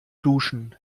duschen